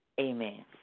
Amen